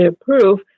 proof